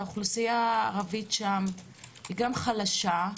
האוכלוסייה הערבית שם היא גם חלשה.